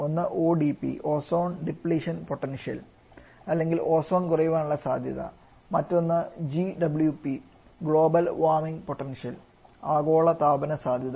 ഒന്ന് ODP ozone depletion potential അല്ലെങ്കിൽ ozone കുറയാനുള്ള സാധ്യത മറ്റൊന്ന് GWP ഗ്ലോബൽ വാമിംഗ് പൊട്ടൻഷ്യൽ ആഗോളതാപന സാധ്യത